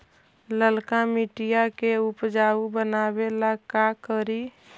लालका मिट्टियां के उपजाऊ बनावे ला का करी?